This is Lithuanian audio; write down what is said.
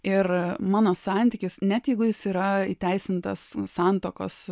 ir mano santykis net jeigu jis yra įteisintas santuokos